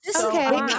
okay